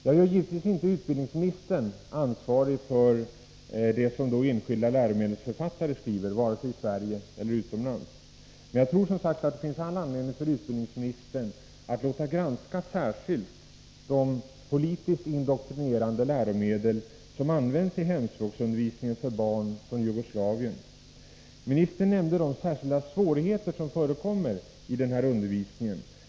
Jag gör givetvis inte skolministern ansvarig för vad enskilda läromedelsförfattare skriver vare sig i Sverige eller utomlands. Men jag tror som sagt att det finns anledning för skolministern att låta granska särskilt de politiskt indoktrinerande läromedel som används i hemspråksundervisningen för barn från Jugoslavien. Ministern nämnde de särskilda svårigheter som förekommer i den här undervisningen.